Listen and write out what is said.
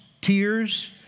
tears